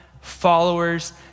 followers